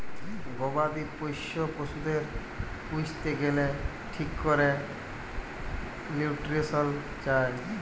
গবাদি পশ্য পশুদের পুইসতে গ্যালে ঠিক ক্যরে লিউট্রিশল চায়